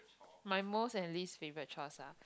my most and least favourite chores ah